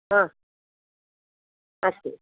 हा अस्तु